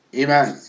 Amen